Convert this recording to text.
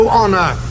honor